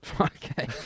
Okay